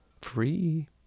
Free